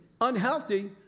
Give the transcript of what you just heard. unhealthy